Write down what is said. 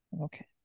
Okay